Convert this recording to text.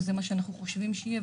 וזה מה שאנחנו חושבים שיהיה,